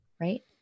right